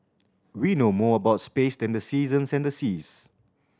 we know more about space than the seasons and the seas